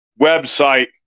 website